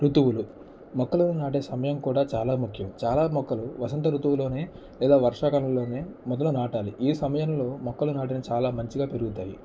ఋతువులు మొక్కలు నాటే సమయం కూడా చాలా ముఖ్యం చాలా మొక్కలు వసంత రుతువులోనే లేదా వర్షాకాలంలోనే మొదలు నాటాలి ఈ సమయంలో మొక్కలు నాటిన చాలా మంచిగా పెరుగుతాయి